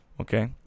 Okay